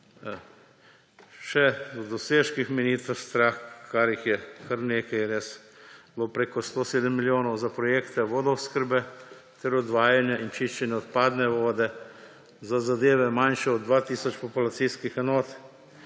Še o dosežkih ministrstva, ker jih je kar nekaj, res; preko 107 milijonov bo za projekte vodooskrbe ter odvajanje in čiščenje odpadne vode, za zadeve, manjše od 2 tisoč populacijskih enot,